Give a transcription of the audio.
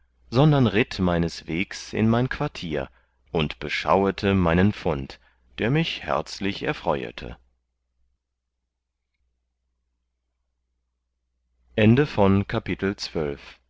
sondern ritt meines wegs in mein quartier und beschauete meinen fund der mich herzlich erfreuete